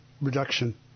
reduction